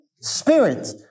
Spirit